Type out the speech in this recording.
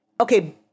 okay